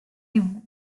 the